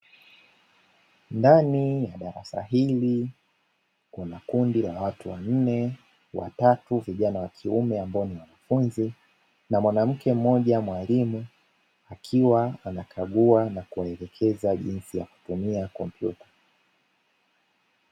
Ndani ya darasa hili kunakundi la watu wanne watatu vijana wa kiume ambao ni wanafunzi na mwanamke mmoja ambaye ni mwalimu akiwa anakagua na kuwaelekeza jinsi ya kutumia kompyuta.